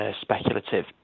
speculative